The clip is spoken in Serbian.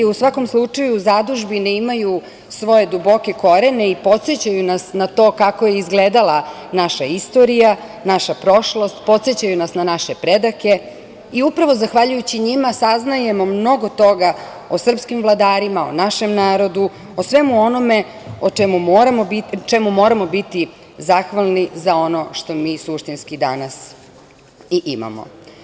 U svakom slučaju, zadužbine imaju svoje duboke korene i podsećaju nas na to kako je izgledala naša istorija, naša prošlost, podsećaju nas na naše pretke i upravo zahvaljujući njima saznajemo mnogo toga o srpskim vladarima, o našem narodu, o svemu onome čemu moramo biti zahvalni za ono što mi suštinski danas i imamo.